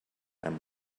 and